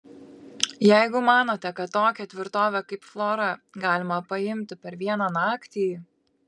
jeigu manote kad tokią tvirtovę kaip flora galima paimti per vieną naktį